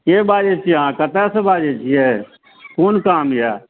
केँ बाजै छी अहाँ कतऽ सँ बाजै छिए कोन काम अइ